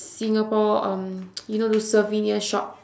singapore um you know those souvenir shop